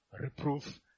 reproof